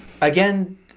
again